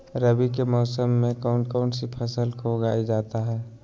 रवि के मौसम में कौन कौन सी फसल को उगाई जाता है?